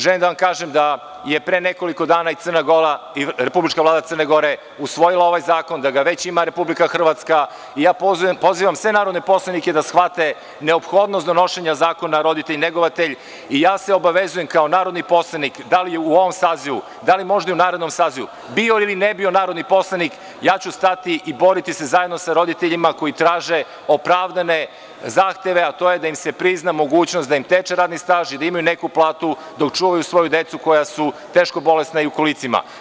Želim da vam kažem da je pre nekoliko dana i Crna Gora, usvojila ovaj zakon, da ga već ima Republika Hrvatska i ja pozivam sve narodne poslanike da shvate neophodnost donošenja zakona roditelj-negovatelj i ja se obavezujem kao narodni poslanik, da li u ovom sazivu, da li možda i u narednom sazivu, bio ili ne bio narodni poslanik, ja ću stati i boriti se zajedno sa roditeljima koji traže opravdane zahteve, a to je da im se prizna mogućnost, da im teče radni staž i da imaju neku platu dok čuvaju svoju decu koja su teško bolesna i u kolicima.